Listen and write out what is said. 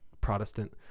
Protestant